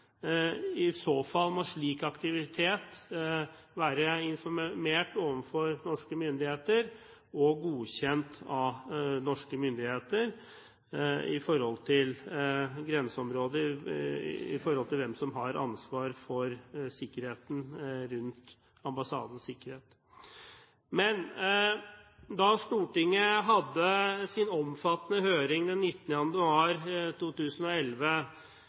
I så fall må slik aktivitet være informert om overfor norske myndigheter og godkjent av norske myndigheter i forhold til grenseområder for hvem som har ansvar for ambassadens sikkerhet. Da Stortinget hadde sin omfattende høring den 19. januar 2011,